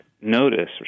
notice